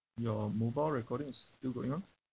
your mobile recording is still going on